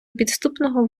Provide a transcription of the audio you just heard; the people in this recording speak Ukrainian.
підступного